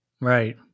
Right